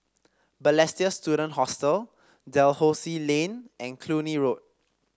Balestier Student Hostel Dalhousie Lane and Cluny Road